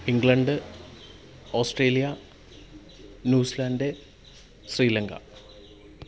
England Australia New Zealand Sri Lanka